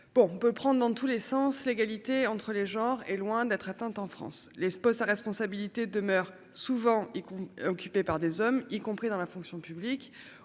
pour on peut prendre dans tous les sens l'égalité entre les genres est loin d'être atteinte en France les postes à responsabilité demeure souvent et qu'on est occupé par des hommes, y compris dans la fonction publique,